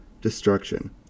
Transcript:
destruction